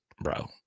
bro